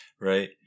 right